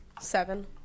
Seven